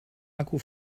akku